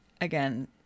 again